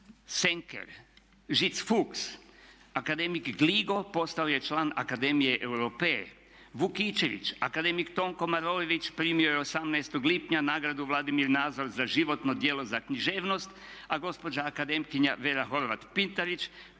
Senker, Žić-Fuchs, akademik Gligo postavo je član akademije Europea, Vukičević, akademik Tonko Maroević primio je 18. lipnja nagradu Vladimir Nazor za životno djelo za književnost a gospođa akademkinja Vera Horvat Pintarić